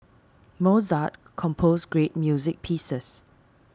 Mozart composed great music pieces